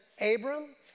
Abram